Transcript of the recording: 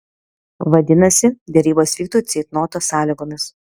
vadinasi derybos vyktų ceitnoto sąlygomis